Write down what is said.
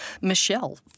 Michelle